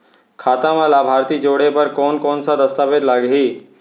खाता म लाभार्थी जोड़े बर कोन कोन स दस्तावेज लागही?